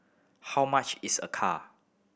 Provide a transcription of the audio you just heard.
how much is a car